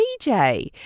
DJ